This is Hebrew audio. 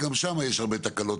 אגב, גם שם יש הרבה תקלות,